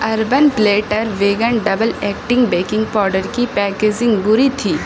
urban platter vegan double acting baking powder کی packaging بری تھی